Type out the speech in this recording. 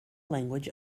language